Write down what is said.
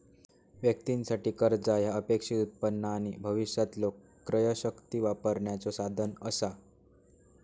व्यक्तीं साठी, कर्जा ह्या अपेक्षित उत्पन्न आणि भविष्यातलो क्रयशक्ती वापरण्याचो साधन असा